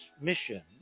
mission